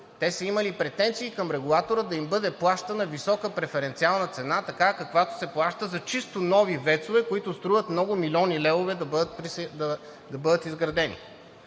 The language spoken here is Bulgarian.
те са имали претенции към регулатора да им бъде плащана висока преференциална цена такава, каквато се плаща за чисто нови ВЕЦ-ове, които струват много милиони левове да бъдат изградени.